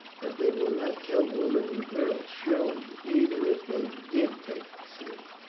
but they will not kill women and girls surely, even if they did take the city?